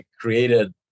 created